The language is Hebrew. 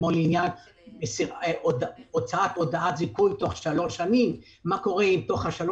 כמו עניין הוצאת הודעת זיכוי תוך שלוש שנים מה קורה אם שלוש